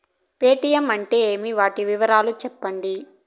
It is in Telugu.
పేటీయం అంటే ఏమి, వాటి వివరాలు సెప్పండి?